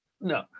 No